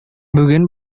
бүген